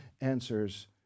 answers